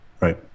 Right